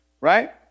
Right